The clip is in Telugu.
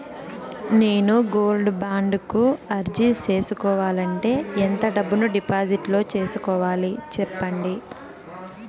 నేను గోల్డ్ బాండు కు అర్జీ సేసుకోవాలంటే ఎంత డబ్బును డిపాజిట్లు సేసుకోవాలి సెప్పండి